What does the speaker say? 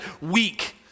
weak